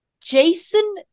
Jason